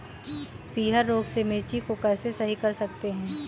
पीहर रोग से मिर्ची को कैसे सही कर सकते हैं?